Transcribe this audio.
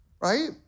right